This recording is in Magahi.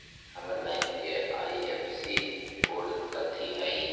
हमर बैंक के आई.एफ.एस.सी कोड कथि हई?